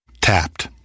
Tapped